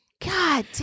God